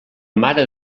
mare